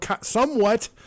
somewhat